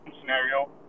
scenario